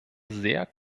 sehr